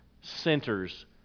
centers